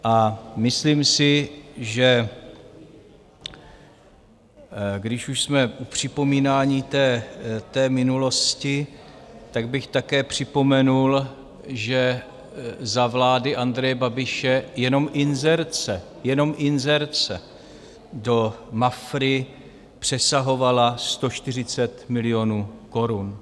A myslím si, že když už jsme u připomínání minulosti, tak bych také připomenul, že za vlády Andreje Babiše jenom inzerce jenom inzerce do Mafry přesahovala 140 milionů korun.